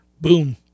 boom